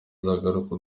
uzagaruka